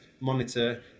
monitor